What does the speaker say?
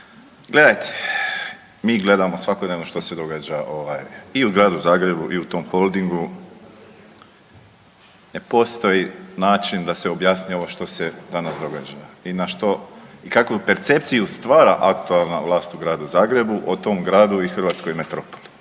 gledajte mi gledamo svakodnevno što se događa i u gradu Zagrebu i u tom Holdingu. Ne postoji način da se objasni ovo što se danas događa i na što i kakvu percepciju stvara aktualna vlast u Gradu Zagrebu o tom gradu i hrvatskoj metropoli.